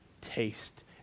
taste